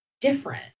different